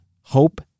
Hope